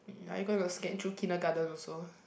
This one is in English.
are you going to scan through kindergarten also